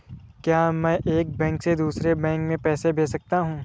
क्या मैं एक बैंक से दूसरे बैंक में पैसे भेज सकता हूँ?